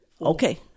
Okay